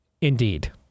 Indeed